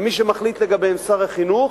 ומי שמחליט לגביהם הוא שר החינוך,